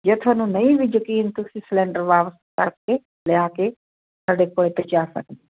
ਜੇ ਤੁਹਾਨੂੰ ਨਹੀਂ ਵੀ ਯਕੀਨ ਤੁਸੀਂ ਸਲਿੰਡਰ ਵਾਪਸ ਕਰਕੇ ਲਿਆ ਕੇ ਸਾਡੇ ਕੋਲ ਪਹੁੰਚਾ ਸਕਦੇ